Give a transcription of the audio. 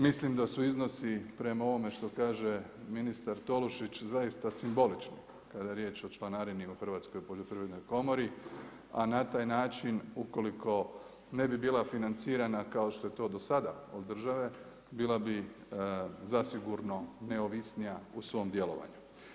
Mislim da su iznosi prema ovome što kaže ministar Tolušić zaista simbolični kada je riječ o članarini u Hrvatskoj poljoprivrednoj komori, a na taj način ukoliko ne bi bila financirana kao što je to do sada od države, bila bi zasigurno neovisnija u svom djelovanju.